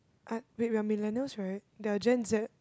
I wait we are millennials right they are Gen Z